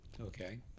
Okay